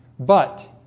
but